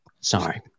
Sorry